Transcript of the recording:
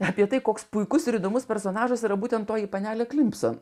apie tai koks puikus ir įdomus personažas yra būtent toji panelė klimpson